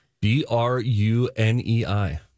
B-R-U-N-E-I